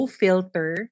filter